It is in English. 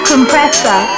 Compressor